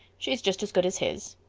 she is just as good as his.